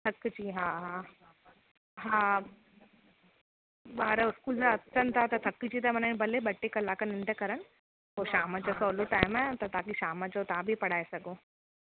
थकिजी हा हा हा ॿार स्कूल मां अचनि था त थकिजी था माना भले ॿ टे कलाक निंड करनि पोइ शाम जो सवलो टाएम आहे ताकी शाम जो तव्हां बि पढ़ाए सघो